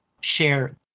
share